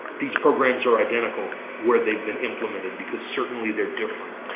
these programs are identical where they've been implemented, because certainly they're different.